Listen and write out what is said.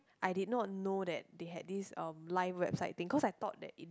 I did not know that they had this um live website thing cause I thought that in